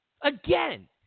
Again